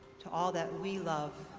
to all that we love,